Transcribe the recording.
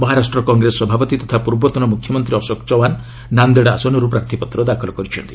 ମହାରାଷ୍ଟ୍ର କଂଗ୍ରେସ ସଭାପତି ତଥା ପୂର୍ବତନ ମୁଖ୍ୟମନ୍ତ୍ରୀ ଅଶୋକ ଚଚିହାନ୍ ନାନ୍ଦେଡ୍ ଆସନରୁ ପ୍ରାର୍ଥୀପତ୍ର ଦାଖଲ କରିଛନ୍ତି